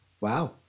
Wow